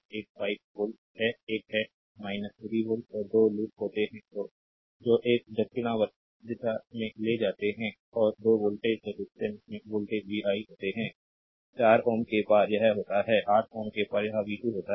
एक 5 वोल्ट है एक है 3 वोल्ट और 2 लूप होते हैं जो एक दक्षिणावर्त दिशा में ले जाते हैं और 2 voltage रेजिस्टेंस में वोल्टेज v 1 होता है 4 ओम के पार यह 3 होता है 8 ओम के पार यह v 2 होता है